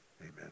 Amen